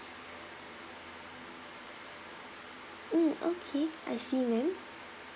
mm okay I see ma'am